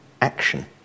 action